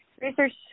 research